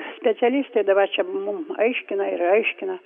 specialistai dabar čia mum aiškina ir aiškina